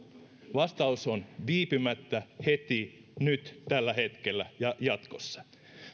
vastaus on viipymättä heti nyt tällä hetkellä ja jatkossa